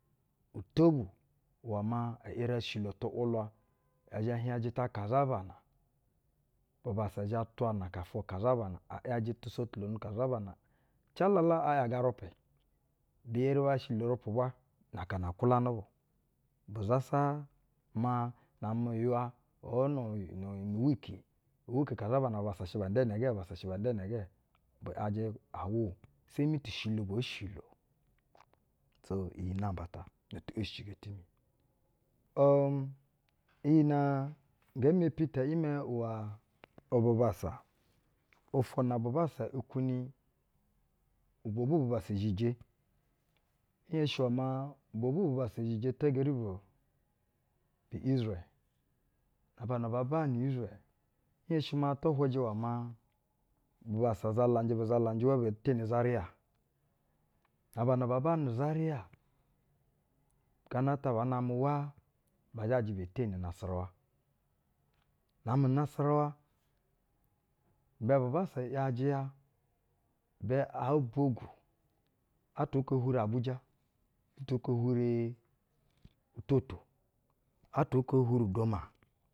Uto bu iwɛ maa e eri oshilo tu’wulwa, ɛ zhɛ hieŋ jita kaza bana, bubassa zhɛ twa na aka ofwo kazabana, a yajɛ tusotulono kazabana. Cala la a ‘yaga-urupɛ, bi eri bo shilo urupɛ ubwa na aka na kwulanɛ bu, bu zasa maa na-amɛ uywa kwo kaa nu uwiki kasabana bubassa shɛ ban da inɛ gɛ bubassa shɛ ban da inɛ gɛ bɛ ‘yajɛ awo, ti shilo boo shilo. Iwɛ ecilo ata iyi namba ta ne ti eshicigo timi. Um, iyi nɛ nge mepi tɛ imɛ iwɛ bubassa, ofwo na bubassa kwuni uvwovwu bubassa zhije, nhenshi iɛ maa uvwocwu bubassa zhije ta geri bu izrɛl, na ban a baa banɛ ni izrɛl nhenshi mao tu hwujɛ iwɛ maa, bubassa zalanjɛ, bubalanjɛ uwa bee teni zariya. Na aba na baa banɛ nu zariya, gana at aba namɛ uwa ba zhajɛ unasarawa, ibɛ bubassa ‘yajɛ ya, ibɛ oo bogu, atwa okio hwuri abuja, atwo oko hwuri utoto.